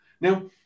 now